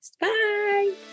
Bye